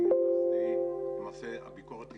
למעשה הביקורת הסתיימה,